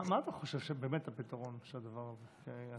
מה אתה חושב שבאמת הפתרון של הדבר הזה?